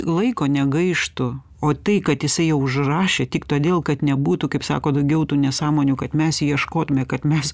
laiko negaištų o tai kad jisai jau užrašė tik todėl kad nebūtų kaip sako daugiau tų nesąmonių kad mes ieškotume kad mes